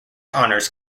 honours